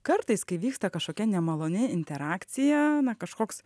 kartais kai vyksta kažkokia nemaloni interakcija na kažkoks